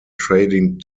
trading